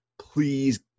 Please